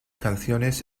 canciones